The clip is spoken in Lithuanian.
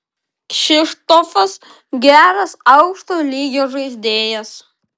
kšištofas geras aukšto lygio žaidėjas